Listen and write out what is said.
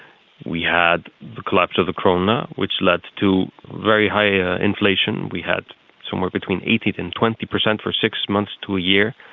we had the collapse of the krona which led to very high ah inflation. we had somewhere between eighteen percent and twenty percent for six months to a year.